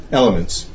elements